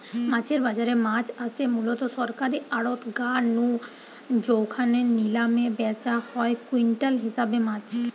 মাছের বাজারে মাছ আসে মুলত সরকারী আড়ত গা নু জউখানে নিলামে ব্যাচা হয় কুইন্টাল হিসাবে মাছ